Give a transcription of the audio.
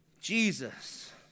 Jesus